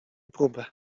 próbę